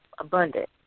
Abundant